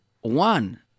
one